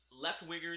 left-wingers